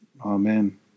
Amen